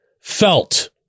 felt